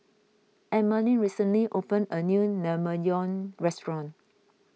Emaline recently opened a new Naengmyeon restaurant